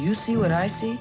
you see what i see